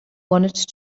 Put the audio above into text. wanted